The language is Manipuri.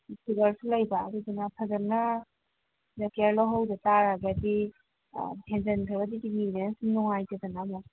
ꯐꯤꯕꯔꯁꯨ ꯂꯩꯕ ꯑꯗꯨꯗꯨꯅ ꯐꯖꯅ ꯇꯦꯛ ꯀꯤꯌꯥꯔ ꯂꯧꯍꯧꯗ ꯇꯥꯔꯒꯗꯤ ꯍꯦꯟꯖꯤꯟꯈ꯭ꯔꯒꯗꯤ ꯀꯤꯗꯅꯤꯁꯦ ꯅꯨꯡꯉꯥꯏꯇꯦꯗꯅ ꯑꯃꯨꯛ